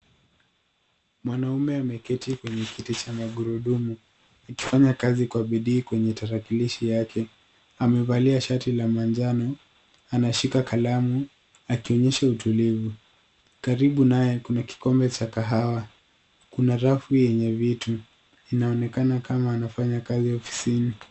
Mwanaume ameketi kwenye kiti cha magurudumu akifanya kazi kwa bidii kwenye tarakilishi yake. Amevalia shati la manjano. Anashika kalamu akionyesha utulivu. Karibu naye kuna kikombe cha kahawa. Kuna rafu yenye vitu. Inaonekana kama anafanya kazi ofisini.